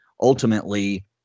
ultimately